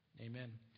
Amen